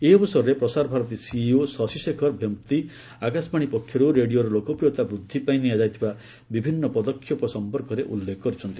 ଏହି ଅବସରରେ ପ୍ରସାର ଭାରତୀ ସିଇଓ ଶଶୀଶେଖର ଭେମ୍ପତି ଆକାଶବାଣୀ ପକ୍ଷରୁ ରେଡ଼ିଓର ଲୋକପ୍ରିୟତା ବୃଦ୍ଧି ପାଇଁ ନିଆଯାଇଥିବା ବିଭିନ୍ନ ପଦକ୍ଷେପ ସମ୍ପର୍କରେ ଉଲ୍ଲେଖ କରିଛନ୍ତି